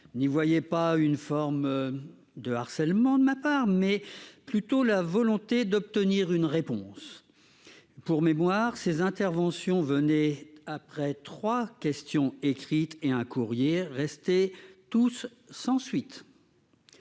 n'y voyait pas une forme de harcèlement de ma part mais plutôt la volonté d'obtenir une réponse pour mémoire ces interventions venez après 3 questions écrites et un courrier resté tous sans suite,